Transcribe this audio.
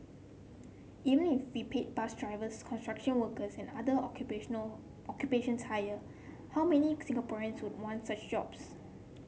even if we paid bus drivers construction workers and other occupational occupations higher how many Singaporeans would want such jobs